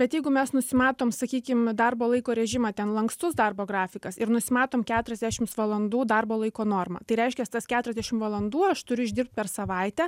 bet jeigu mes nusimatom sakykim darbo laiko režimą ten lankstus darbo grafikas ir nusimatom keturiasdešimts valandų darbo laiko normą tai reiškias tas keturiasdešim valandų aš turiu išdirbt per savaitę